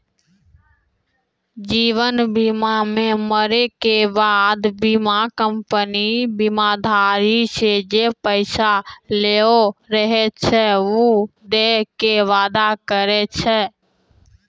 जीवन बीमा मे मरै के बाद बीमा कंपनी बीमाधारी से जे पैसा लेलो रहै छै उ दै के वादा करै छै